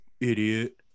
idiot